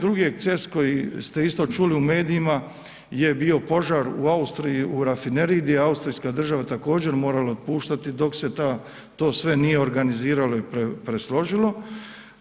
Drugi eksces koji ste isto čuli u medijima je bio požar u Austriji u rafineriji gdje je Austrijska država također morala otpuštati dok se to sve nije organiziralo i presložilo.